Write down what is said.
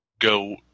go